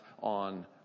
on